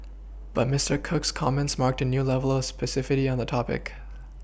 but Mister Cook's comments marked a new level of specificity on the topic